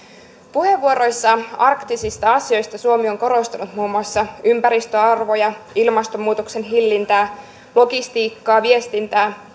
puheenvuoroissa arktisista asioista suomi on korostanut muun muassa ympäristöarvoja ilmastonmuutoksen hillintää logistiikkaa viestintää